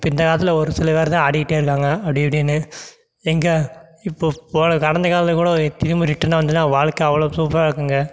இப்போ இந்தக் காலத்தில் ஒரு சில பேர்தான் ஆடிட்டே இருக்காங்க அப்படி இப்படினு எங்கே இப்போ போன கடந்த காலம் கூட திரும்ப ரிட்டன் வந்ததுனா வாழ்க்க அவ்வளோவு சூப்பராக இருக்கும்ங்க